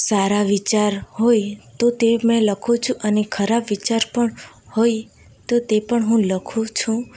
સારા વિચાર હોય તો મેં લખું છું અને ખરાબ વિચાર પણ હોય તો તે પણ હું લખું છું